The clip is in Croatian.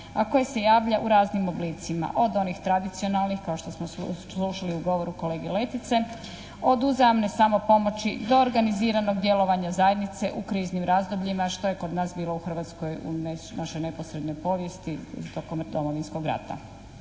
a koje se javlja u raznim oblicima. Od onih tradicionalnih kao što samo slušali u govoru kolege Letice, od uzajamne samopomoći do organiziranog djelovanja zajednice u kriznim razdobljima što je kod nas bilo u Hrvatskoj u našoj neposrednoj povijesti tokom Domovinskog rata.